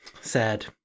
sad